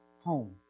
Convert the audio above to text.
Home